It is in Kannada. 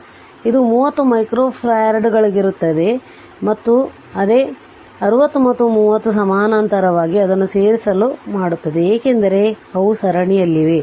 ಆದ್ದರಿಂದ ಇದು 30 ಮೈಕ್ರೋ ಫ್ಯಾರಡ್ಗಳಾಗಿರುತ್ತದೆ ಮತ್ತು ಮತ್ತೆ ಅದು 60 ಮತ್ತು 30 ಸಮಾನಾಂತರವಾಗಿ ಅದನ್ನು ಸೇರಿಸಲು ಮಾಡುತ್ತದೆ ಏಕೆಂದರೆ ಅವು ಸರಣಿಯಲ್ಲಿವೆ